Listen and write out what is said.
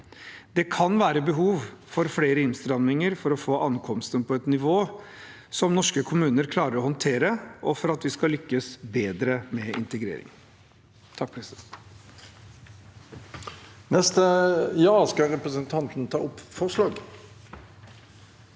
Det kan være behov for flere innstramminger for å få ankomstene på et nivå som norske kommuner klarer å håndtere, og for at vi skal lykkes bedre med integrering.